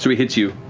hit you.